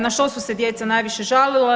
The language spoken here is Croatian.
Na što su se djeca najviše žalila?